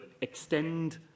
extend